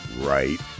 right